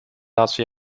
laatste